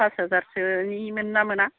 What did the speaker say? pass हाजारसोनि मोनो ना मोना